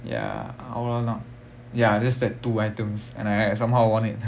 ya ya just that two items and like I somehow won it